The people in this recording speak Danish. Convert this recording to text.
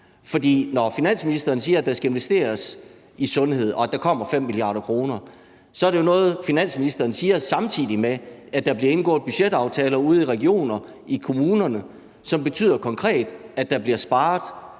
når finansministeren siger, at der skal investeres i sundhed, og at der kommer 5 mia. kr., så er det jo noget, finansministeren siger, samtidig med at der bliver indgået budgetaftaler ude i regionerne og i kommunerne, som konkret betyder, at det bliver sparet